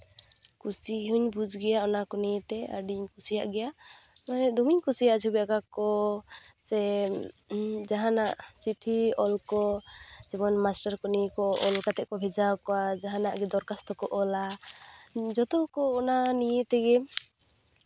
ᱠᱩᱥᱤ ᱦᱚᱸᱧ ᱵᱩᱡᱽ ᱜᱮᱭᱟ ᱚᱱᱟᱠᱚ ᱱᱤᱭᱮᱛᱮ ᱟᱹᱰᱤᱧ ᱠᱩᱥᱤᱭᱟᱜ ᱜᱮᱭᱟ ᱫᱢᱮᱧ ᱠᱩᱥᱤᱭᱟᱜᱼᱟ ᱪᱷᱚᱵᱤ ᱟᱸᱠᱟᱣ ᱠᱚ ᱥᱮ ᱡᱟᱦᱟᱱᱟᱜ ᱪᱤᱴᱷᱤ ᱚᱞ ᱠᱚ ᱡᱮᱢᱚᱱ ᱢᱟᱥᱴᱟᱨ ᱠᱚ ᱱᱤᱭᱟᱹ ᱠᱚ ᱚᱞ ᱠᱟᱛᱮᱜ ᱠᱚ ᱵᱷᱮᱡᱟᱣ ᱠᱚᱣᱟ ᱡᱟᱦᱟᱱᱟᱜ ᱜᱮ ᱫᱚᱨᱠᱷᱟᱥᱛᱚ ᱠᱚ ᱚᱞᱼᱟ ᱡᱚᱛᱚ ᱜᱮᱠᱚ ᱚᱱᱟ ᱱᱤᱭᱮ ᱛᱮᱜᱮ